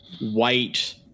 white